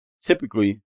Typically